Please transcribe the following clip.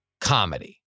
comedy